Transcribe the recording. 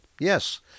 Yes